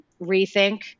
rethink